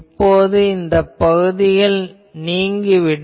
இப்போது இந்த பகுதிகள் நீங்கிவிடும்